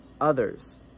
others